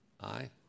Aye